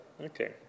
Okay